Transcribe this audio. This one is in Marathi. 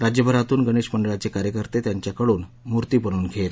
राज्यभरातून गणेश मंडळांचे कार्यकर्ते त्यांच्याकडून मूर्ती बनवून घेत